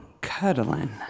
cuddling